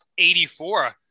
84